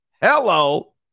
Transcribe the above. Hello